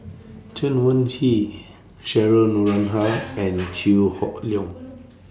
Chen Wen Hsi Cheryl Noronha and Chew Hock Leong